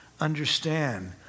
understand